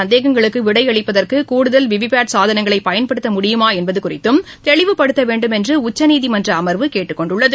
சந்தேகங்களுக்குவிடையளிப்பதற்குகூடுதல் வாக்காளர்களின் விவிபேட் சாதனங்களைபயன்படுத்த முடியுமாஎன்பதுகுறித்தும் தெளிவுப்படுத்தவேண்டும் என்றுடச்சநீதிமன்றஅமர்வு கேட்டுக் கொண்டுள்ளது